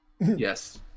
Yes